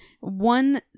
one